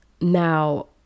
now